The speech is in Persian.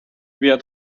بیاد